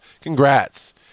Congrats